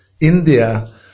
India